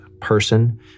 person